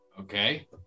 Okay